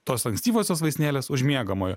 tos ankstyvosios vaistinėlės už miegamojo